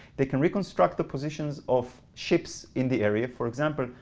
they can reconstruct the positions of ships in the area. for example,